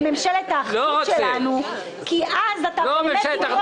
כפי שאמרתי בישיבה הקודמת,